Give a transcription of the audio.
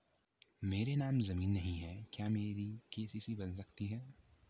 मेरे नाम ज़मीन नहीं है क्या मेरी के.सी.सी बन सकती है?